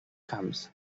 camps